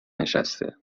نشسته